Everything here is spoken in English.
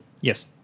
Yes